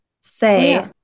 say